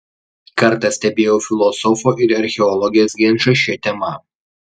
kartą stebėjau filosofo ir archeologės ginčą šia tema